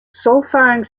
solfaing